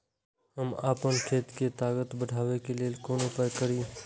हम आपन खेत के ताकत बढ़ाय के लेल कोन उपाय करिए?